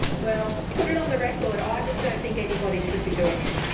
well put it on the record, i just don't think anybody should be doing it.